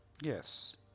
yes